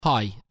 Hi